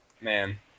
man